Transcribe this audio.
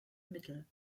mittel